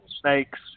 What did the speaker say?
snakes